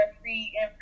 free